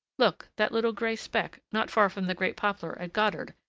look, that little gray speck, not far from the great poplar at godard,